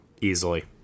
easily